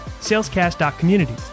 salescast.community